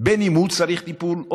בין שהוא צריך טיפול,